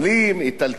איטלקים,